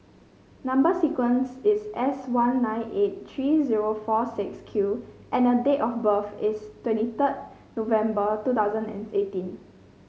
number sequence is S one nine eight three zero four six Q and date of birth is twenty third November two thousand and eighteen